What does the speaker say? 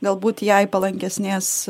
galbūt jai palankesnės